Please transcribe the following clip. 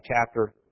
chapter